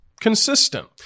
Consistent